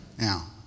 Now